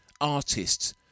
artists